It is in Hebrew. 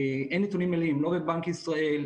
שאין נתונים בבנק ישראל,